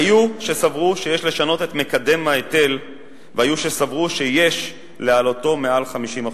היו שסברו שיש לשנות את מקדם ההיטל והיו שסברו שיש להעלותו מעל 50%,